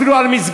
אפילו על מסגד.